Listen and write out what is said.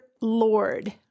Lord